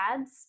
Ads